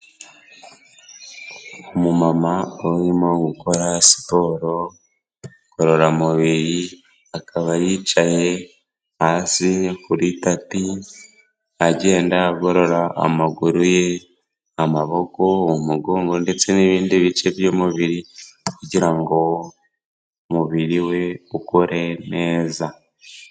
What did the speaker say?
Umumama urimo gukora siporo ngororamubiri, akaba yicaye hasi kuri tapi agenda agorora amaguru ye, amaboko, umugongo ndetse n'ibindi bice by'umubiri kugira ngo umubiri we ukore neza.